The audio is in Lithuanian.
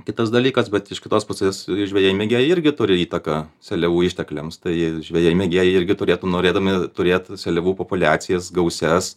kitas dalykas bet iš kitos pusės žvejai mėgėjai irgi turi įtaką seliavų ištekliams tai žvejai mėgėjai irgi turėtų norėdami turėt seliavų populiacijas gausias